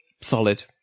Solid